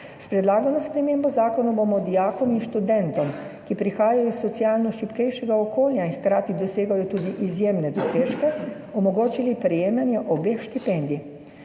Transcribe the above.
S predlagano spremembo zakona bomo dijakom in študentom, ki prihajajo iz socialno šibkejšega okolja in hkrati dosegajo tudi izjemne dosežke, omogočili prejemanje obeh štipendij.